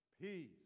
Peace